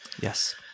Yes